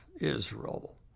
Israel